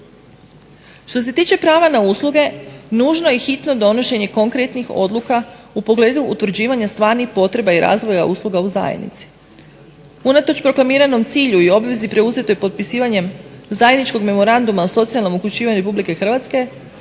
Što se tiče prava na usluge nužno i hitno donošenje konkretnih odluka u pogledu utvrđivanju stvarnih potreba i razvoja usluga u zajednici. Unatoč proklamiranom cilju i obvezi preuzetoj potpisivanjem zajedničkog memoranduma o socijalnom uključivanju RH smatramo